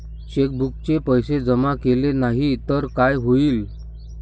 चेकबुकचे पैसे जमा केले नाही तर काय होईल?